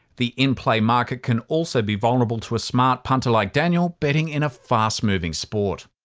the in-play market can also be vulnerable to a smart punter like daniel, betting in a fast moving sport.